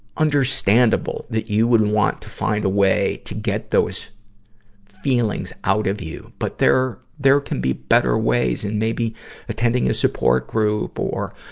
understandable that you would want to find a way to get those feelings out of you. but there, there can be better ways, and maybe attending a support group or,